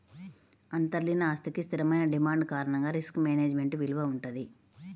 అంతర్లీన ఆస్తికి స్థిరమైన డిమాండ్ కారణంగా రిస్క్ మేనేజ్మెంట్ విలువ వుంటది